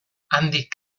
handik